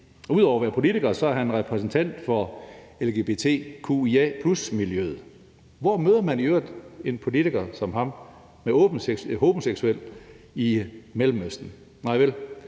Udover at være politiker er han repræsentant for lgbt+-miljøet. Hvor møder man i øvrigt en politiker i Mellemøsten,